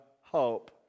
hope